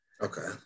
Okay